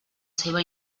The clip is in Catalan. seva